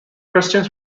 christians